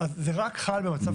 זה חל רק במצב כזה.